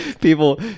people